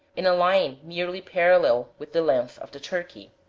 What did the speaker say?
in a line nearly parallel with the length of the turkey.